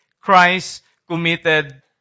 Christ-committed